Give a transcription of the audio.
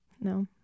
No